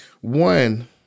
One